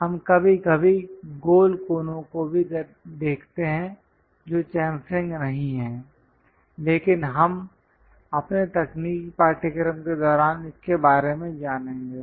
हम कभी कभी गोल कोनों को भी देखते हैं जो चम्फरिंग नहीं है लेकिन हम अपने तकनीकी पाठ्यक्रम के दौरान इसके बारे में जानेंगे